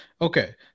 Okay